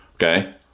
Okay